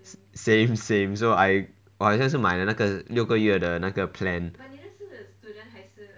same same so I 我好像是买那个六个月的那个 plan